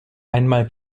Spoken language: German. einmal